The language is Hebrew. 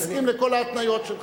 יסכים לכל ההתניות שלך.